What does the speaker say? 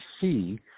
see